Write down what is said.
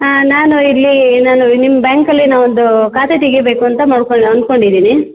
ಹಾಂ ನಾನು ಇಲ್ಲಿ ನಾನು ನಿಮ್ಮ ಬ್ಯಾಂಕಲ್ಲಿ ನಾವೊಂದು ಖಾತೆ ತೆಗಿಬೇಕು ಅಂತ ಮಾಡ್ಕೊಂಡು ಅಂದ್ಕೊಂಡಿದ್ದೀನಿ